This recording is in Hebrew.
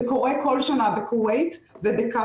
זה קורה כל שנה בכווית ובקטאר.